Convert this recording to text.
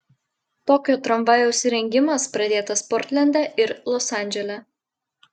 tokio tramvajaus įrengimas pradėtas portlende ir los andžele